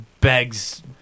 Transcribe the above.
begs